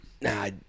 Nah